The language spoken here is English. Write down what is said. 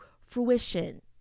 fruition